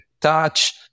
touch